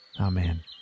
Amen